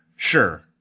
Sure